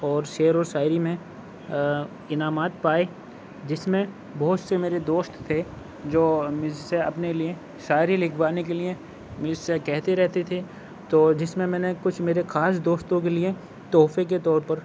اور شعر و شاعری میں انعامات پائے جس میں بہت سے میرے دوست تھے جو مجھ سے اپنے لٮٔے شاعری لکھوانے کے لٮٔے مجھ سے کہتے رہتے تھے تو جس میں میں نے کچھ میرے خاص دوستوں کے لٮٔے تحفے کے طور پر